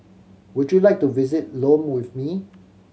would you like to visit Lome with me